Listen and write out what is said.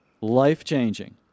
life-changing